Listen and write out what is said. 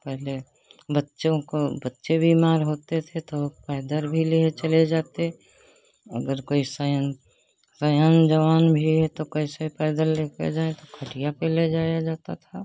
पहले बच्चों को बच्चे बीमार होते थे तो पैदल भी ले चले जाते अगर कोई सान जवान जवान भी है तो कैसे पैदल लेकर जाएँ तो खटिया पर ले जाया जाता था